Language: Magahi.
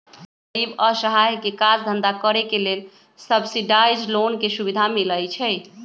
गरीब असहाय के काज धन्धा करेके लेल सब्सिडाइज लोन के सुभिधा मिलइ छइ